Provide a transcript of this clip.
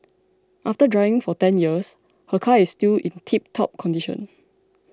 after driving for ten years her car is still in tiptop condition